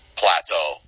plateau